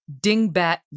dingbat